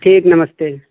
ठीक नमस्ते